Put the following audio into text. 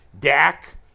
Dak